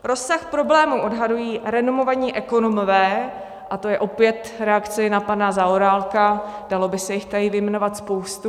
Rozsah problému odhadují renomovaní ekonomové a to je opět reakce na pana Zaorálka, dalo by se jich tady vyjmenovat spoustu.